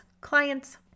clients